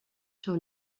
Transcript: sur